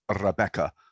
Rebecca